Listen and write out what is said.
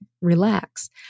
relax